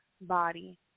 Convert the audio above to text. body